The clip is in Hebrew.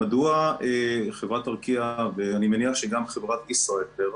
מדוע חברת ארקיע, ואני מניח שגם חברת ישראייר,